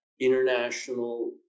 international